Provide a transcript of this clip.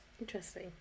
Interesting